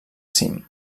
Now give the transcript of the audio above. cim